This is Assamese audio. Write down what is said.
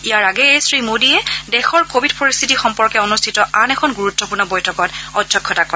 ইয়াৰ আগেয়ে শ্ৰী মোডীয়ে দেশৰ কোৱিড পৰিস্থিতি সম্পৰ্কে অনুষ্ঠিত আন এখন গুৰুত্বপূৰ্ণ বৈঠকত অধ্যক্ষতা কৰে